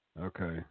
Okay